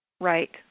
right